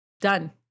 done